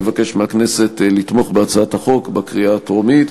מבקש מהכנסת לתמוך בהצעת החוק בקריאה הטרומית,